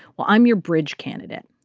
well i'm your bridge candidate.